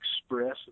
express